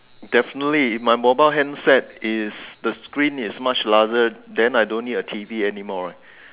definitely if my mobile hand set is the screen is much larger then I don't need a T_V anymore right